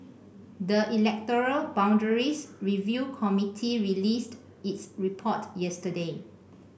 the electoral boundaries review committee released its report yesterday